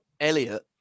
Elliot